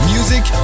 Music